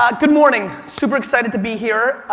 um good morning, super excited to be here.